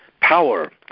Power